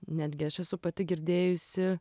netgi aš esu pati girdėjusi